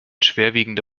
schwerwiegende